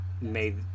made